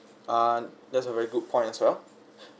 ah that's a very good point as well